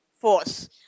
force